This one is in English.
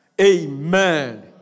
Amen